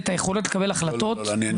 את היכולות לקבל החלטות,